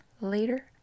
later